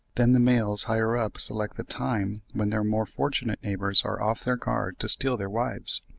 then the males higher up select the time when their more fortunate neighbours are off their guard to steal their wives.